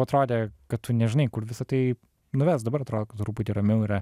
atrodė kad tu nežinai kur visa tai nuves dabar atrodo kad truputį ramiau yra